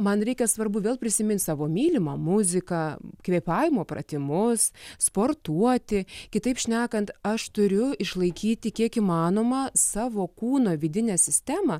man reikia svarbu vėl prisimint savo mylimą muziką kvėpavimo pratimus sportuoti kitaip šnekant aš turiu išlaikyti kiek įmanoma savo kūno vidinę sistemą